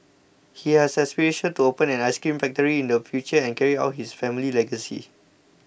he has aspirations to open an ice cream factory in the future and carry on his family legacy